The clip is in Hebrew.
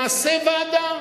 נעשה ועדה.